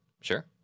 Sure